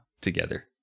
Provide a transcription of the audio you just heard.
together